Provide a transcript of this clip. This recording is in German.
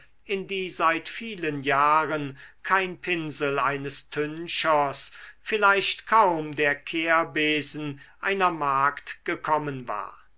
in die seit vielen jahren kein pinsel eines tünchers vielleicht kaum der kehrbesen einer magd gekommen war